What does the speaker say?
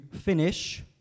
finish